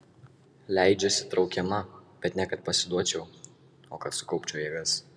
leidžiuosi traukiama bet ne kad pasiduočiau o kad sukaupčiau jėgas